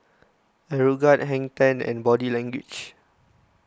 Aeroguard Hang ten and Body Language